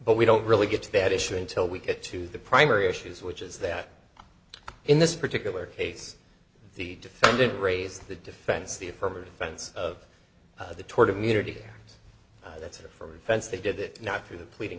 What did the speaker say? but we don't really get to that issue until we get to the primary issues which is that in this particular case the defendant raised the defense the affirmative defense of the tort of immunity letter for offense they did it not through the pleading